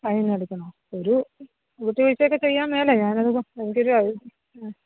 fine അടയ്ക്കണോ ഒരു വിട്ട് വീഴ്ച്ചയൊക്കെ ചെയ്യാൻ മേലെ ഞാൻ അത് എനിക്ക് ഒരു ആ